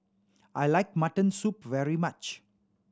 I like mutton soup very much